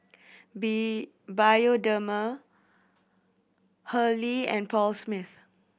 B Bioderma Hurley and Paul Smith